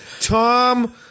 Tom